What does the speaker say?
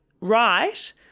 right